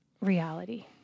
reality